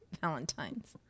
Valentine's